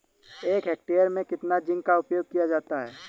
एक हेक्टेयर में कितना जिंक का उपयोग किया जाता है?